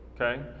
Okay